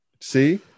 See